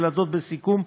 ילדות בסיכון,